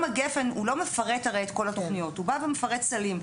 גפ"ן היום לא מפרט את כל התוכניות הוא בא ומפרט סלים.